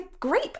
grape